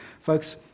Folks